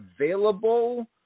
available